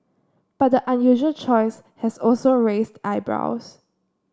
but the unusual choice has also raised eyebrows